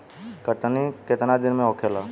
कटनी केतना दिन में होखेला?